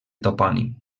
topònim